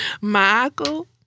Michael